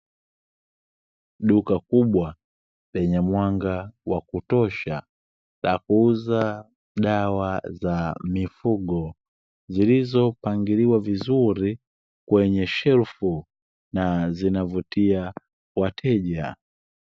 Duka kubwa lenye mwanga wa kutosha, la kuuza dawa za mifugo zilizopangiliwa vizuri kwenye shelfu na zinavutia wateja.